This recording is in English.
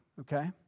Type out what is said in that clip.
okay